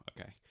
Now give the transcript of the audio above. Okay